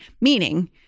Meaning